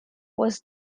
was